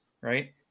right